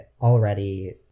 already